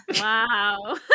Wow